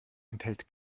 enthält